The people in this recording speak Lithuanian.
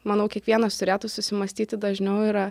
manau kiekvienas turėtų susimąstyti dažniau yra